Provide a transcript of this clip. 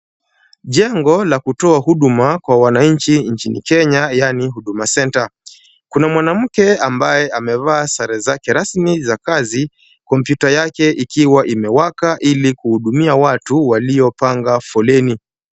Jengo la kutoa huduma kwa wananchi nchini Kenya yaani Huduma Centre. Kuna mwanamke ambaye amevaa sare zake rasmi za kazi, kompyuta yake ikiwa imewaka ili kuhudumia watu waliopanga foleni.